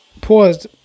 paused